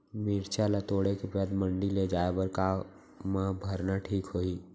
मिरचा ला तोड़े के बाद मंडी ले जाए बर का मा भरना ठीक होही?